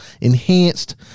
enhanced